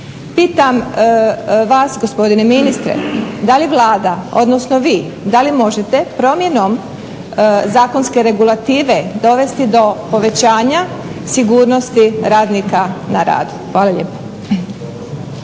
Pitam vas gospodine ministre da li Vlada odnosno vi da li možete promjenom zakonske regulative dovesti do povećanja sigurnosti radnika na radu. Hvala lijepo.